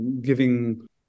giving